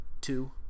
Two